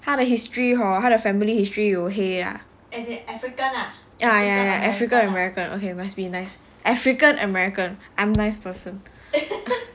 他的 history hor 他的 family history 有黑 ah ya ya africa america okay must be nice african american I'm nice person